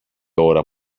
ώρα